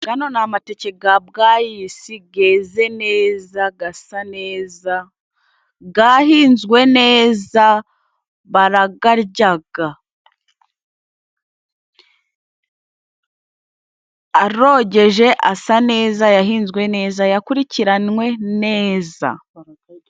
Ano ni amateke ya Bwayisi yeze neza, asa neza yahinzwe neza, barayarya . Arogeje asa neza yahinzwe neza, yakurikiranwe neza.